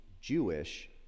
Jewish